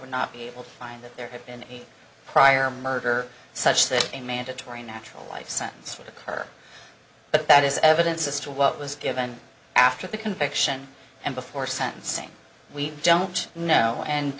would not be able to find that there had been any prior murder such that a mandatory natural life sentence would occur but that is evidence as to what was given after the conviction and before sentencing we don't know and